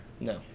No